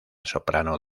soprano